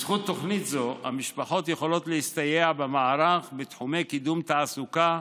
בזכות תוכנית זו המשפחות יכולות להסתייע במערך בתחומי קידום תעסוקה,